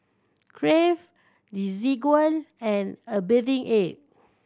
Crave Desigual and A Bathing Ape